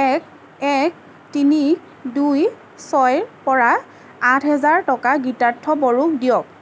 এক এক তিনি দুই ছয়ৰপৰা আঠ হাজাৰ টকা গীতাৰ্থ বড়োক দিয়ক